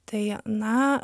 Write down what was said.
tai na